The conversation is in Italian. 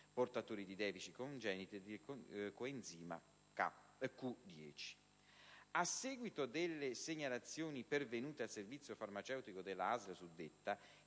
A seguito delle segnalazioni pervenute al Servizio farmaceutico della ASL suddetta,